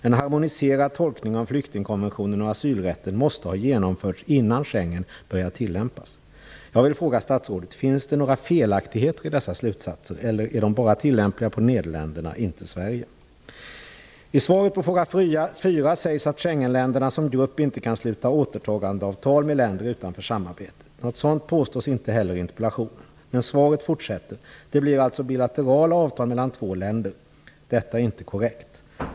En harmoniserad tolkning av flyktingkonventionen och asylrätten måste ha genomförts innan Schengenavtalet börjar tillämpas. Jag vill fråga statsrådet: Finns det några felaktigheter i dessa slutsatser? Eller är de bara tillämpliga på Nederländerna och inte på Sverige? I svaret på fråga fyra sägs att Schengenländerna som grupp inte kan sluta återtagandeavtal med länder som står utanför samarbetet. Något sådant påstås inte heller i interpellationen. Men svaret fortsätter: "Det blir alltid frågan om bilaterala avtal mellan två länder." Detta är inte korrekt.